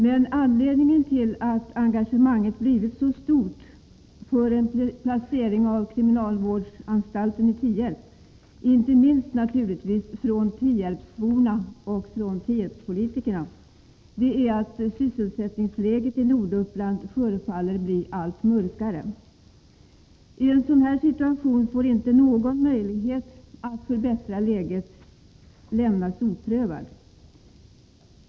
Men anledningen till att engagemanget för en placering av en kriminalvårdsanstalt i Tierp blivit så stort, inte minst från tierpsborna och Tierpspolitikerna, är att sysselsättningsläget i Norduppland förefaller bli allt mörkare. I en sådan här situation får inte någon möjlighet att förbättra läget lämnas oprövad.